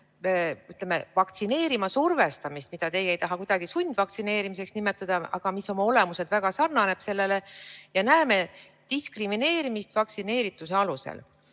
vaktsineerima survestamist, mida te ei taha kuidagi sundvaktsineerimiseks nimetada, aga mis oma olemuselt väga sarnaneb sellele. Me näeme diskrimineerimist vaktsineerituse alusel.